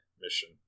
mission